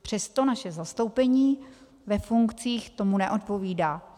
Přesto naše zastoupení ve funkcích tomu neodpovídá.